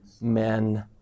men